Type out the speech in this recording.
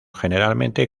generalmente